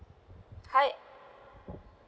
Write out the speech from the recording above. hi